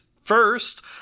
First